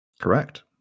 Correct